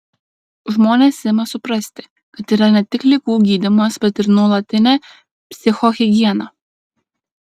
žmonės ima suprasti kad yra ne tik ligų gydymas bet ir nuolatinė psichohigiena